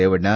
Revanna